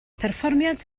perfformiad